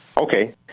Okay